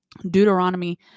Deuteronomy